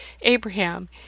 Abraham